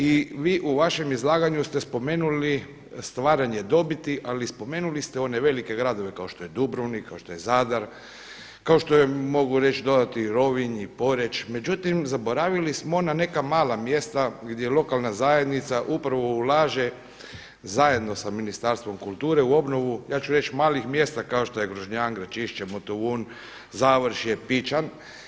I vi u vašem izlaganju ste spomenuli stvaranje dobiti ali spomenuli ste one velike gradove kao što je Dubrovnik, kao što je Zadar, kao što je, mogu reći dodati i Rovinj i Poreč međutim zaboravili smo ona neka mala mjesta gdje lokalna zajednica upravo ulaže zajedno sa Ministarstvom kulture u obnovu, ja ću reći malih mjesta kao što je Grožnjan, Gračišće, Motovun, Završje, Pićan.